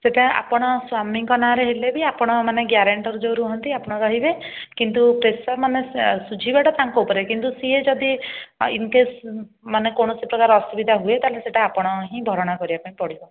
ସେଟା ଆପଣ ସ୍ୱାମୀଙ୍କ ନାଁରେ ହେଲେ ବି ଆପଣ ମାନେ ଗ୍ୟାରେଣ୍ଟର ଯେଉଁ ରୁହନ୍ତି ଆପଣ ରହିବେ କିନ୍ତୁ ପ୍ରେସର୍ ମାନେ ଶୁଝିବାଟା ତାଙ୍କ ଉପରେ କିନ୍ତୁ ସିଏ ଯଦି ଇନକେସ୍ ମାନେ କୌଣସି ପ୍ରକାର ଅସୁବିଧା ହୁଏ ତ ସେହିଟା ଆପଣ ହିଁ ଭରଣା କରିବା ପାଇଁ ପଡ଼ିବ